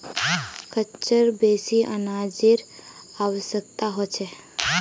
खच्चरक बेसी अनाजेर आवश्यकता ह छेक